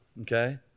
okay